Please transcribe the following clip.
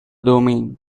domain